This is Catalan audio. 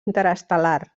interestel·lar